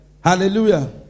Hallelujah